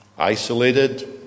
Isolated